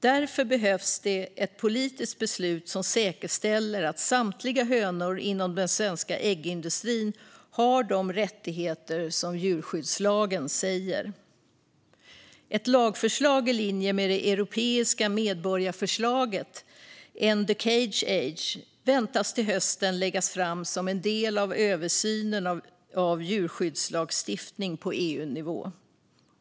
Därför behövs ett politiskt beslut som säkerställer att samtliga hönor inom den svenska äggindustrin har de rättigheter som djurskyddslagen säger. Ett lagförslag i linje med det europeiska medborgarförslaget End the Cage Age väntas till hösten läggas fram som en del av översynen av djurskyddslagstiftningen på EU-nivå.